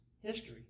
history